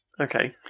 Okay